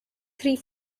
three